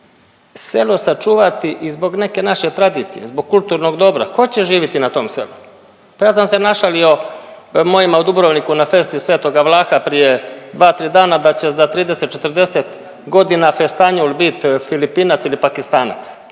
selo sačuvati i zbog neke naše tradicije, zbog kulturnog dobra. Tko će živiti na tom selu? Pa ja sam se našilo mojima u Dubrovniku na festi Sv.Vlaha prije 2-3 dana da će za 30-40 godina festanjul bit Filipinac ili Pakistanac.